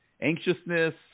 anxiousness